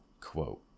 quote